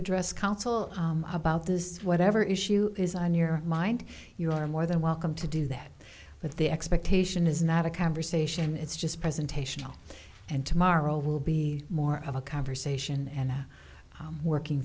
address council about this whatever issue is on your mind you are more than welcome to do that but the expectation is not a conversation it's just presentational and tomorrow will be more of a conversation and working